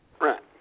Right